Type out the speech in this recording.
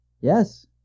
Yes